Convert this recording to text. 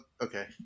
okay